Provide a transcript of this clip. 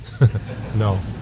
No